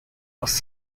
was